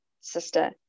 sister